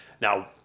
Now